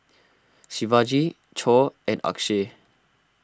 Shivaji Choor and Akshay